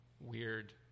weird